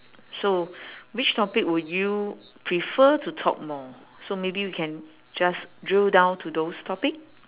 so which topic would you prefer to talk more so maybe we can just drill down to those topic